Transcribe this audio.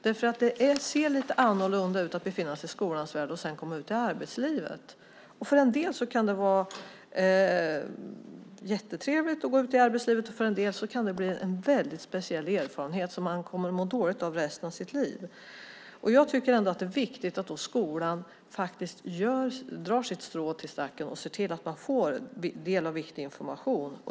Det ser lite annorlunda ut att befinna sig i skolans värld och sedan komma ut i arbetslivet. För en del kan det vara jättetrevligt att gå ut i arbetslivet, och för en del kan det bli en väldigt speciell erfarenhet som man kommer att må dåligt av resten av sitt liv. Jag tycker att det är viktigt att skolan drar sitt strå till stacken och ser till att man får del av viktig information.